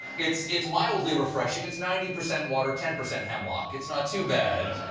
it's it's mildly refreshing. it's ninety percent water, ten percent hemlock. it's not too bad.